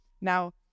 Now